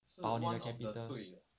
保你的 capital